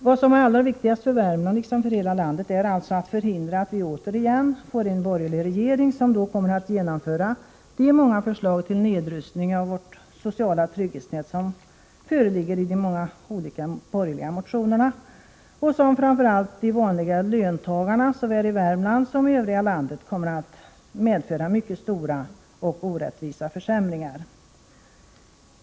Vad som är allra viktigast för Värmland liksom för hela landet är alltså att förhindra att vi återigen får en borgerlig regering som då kommer att genomföra de många förslag till nedrustning av vårt sociala trygghetsnät som föreligger i de olika borgerliga motionerna och som för framför allt de vanliga löntagarna såväl i Värmland som i övriga landet kommer att medföra mycket stora — och orättvisa — försämringar.